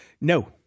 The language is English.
No